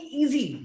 easy